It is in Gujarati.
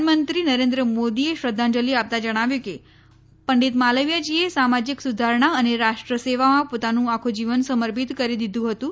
પ્રધાનમંત્રી નરેન્દ્ર મોદીએ શ્રધ્ધાંજલિ આપતાં જણાવ્યું કે પંડિત માલવીયાજીને સામાજિક સુધારણા અને રાષ્ટ્ર સેવામાં પોતાનું આખું જીવન સમર્પિત કરી દીધું હતું